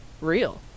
real